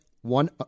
one